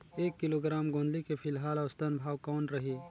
एक किलोग्राम गोंदली के फिलहाल औसतन भाव कौन रही?